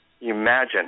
imagine